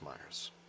Myers